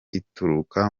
ituruka